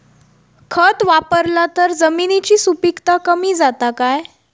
खत वापरला तर जमिनीची सुपीकता कमी जाता काय?